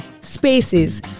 Spaces